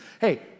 hey